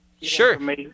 Sure